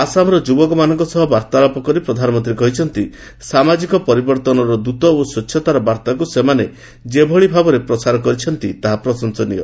ଆସାମର ଯୁବକମାନଙ୍କ ସହ ବାର୍ତ୍ତାଳାପ କରି ପ୍ରଧାନମନ୍ତ୍ରୀ କହିଛନ୍ତି ସାମାଜିକ ପରିବର୍ତ୍ତନର ଦୂତ ଓ ସ୍ୱଚ୍ଚତାର ବାର୍ତ୍ତାକୁ ସେମାନେ ଯେଭଳି ଭାବେ ପ୍ରସାର କରିଛନ୍ତି ତାହା ପ୍ରଶଂସନୀୟ